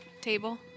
table